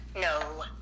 No